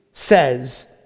says